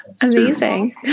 Amazing